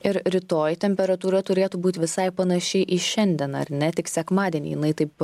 ir rytoj temperatūra turėtų būt visai panaši į šiandien ar ne tik sekmadienį jinai taip